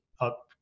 up